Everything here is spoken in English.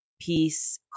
Peace